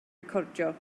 recordio